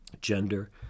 gender